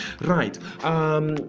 Right